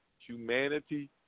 Humanity